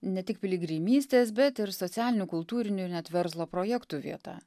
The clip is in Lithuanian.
ne tik piligrimystės bet ir socialinių kultūrinių net verslo projektų vieta